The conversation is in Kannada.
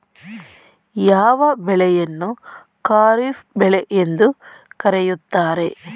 ಯಾವ ಬೆಳೆಯನ್ನು ಖಾರಿಫ್ ಬೆಳೆ ಎಂದು ಕರೆಯುತ್ತಾರೆ?